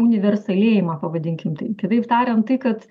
universalėjimą pavadinkim taip kitaip tariant tai kad